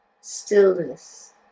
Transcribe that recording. stillness